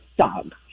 dog